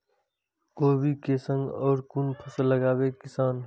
कोबी कै संग और कुन फसल लगावे किसान?